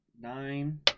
Nine